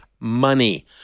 Money